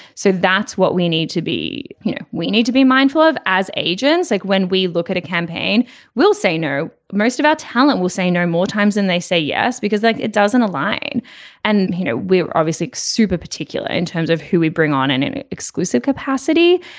so that's what we need to be you know we need to be mindful of as agents like when we look at a campaign we'll say no most of our talent will say no more times and they say yes because like it doesn't align and you know we're obviously super particular in terms of who we bring on in an exclusive capacity.